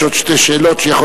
יש עוד שתי שאלות,